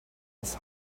his